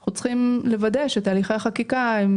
אנחנו צריכים לוודא שתהליכי החקיקה הם